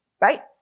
right